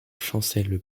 chancel